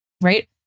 Right